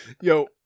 Yo